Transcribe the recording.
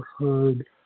heard